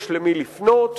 יש למי לפנות,